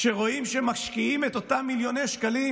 כשרואים שמשקיעים את אותם מיליוני שקלים